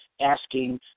asking